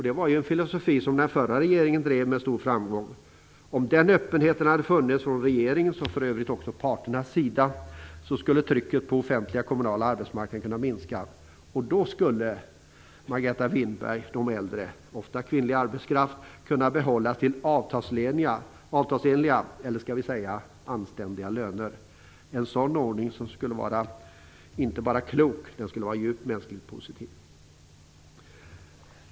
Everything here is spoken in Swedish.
Det var en filosofi som den förra regeringen drev med stor framgång. Om den öppenheten hade funnits från regeringens, och för övrigt också parternas, sida skulle trycket på den offentliga kommunala arbetsmarknaden kunna minska. Då skulle, Margareta Winberg, de äldre - ofta kvinnlig arbetskraft - kunna behållas till avtalsenliga, eller skall vi säga anständiga, löner. En sådan ordning skulle inte bara vara klok utan också djupt mänskligt positiv.